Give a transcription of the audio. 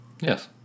Yes